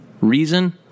reason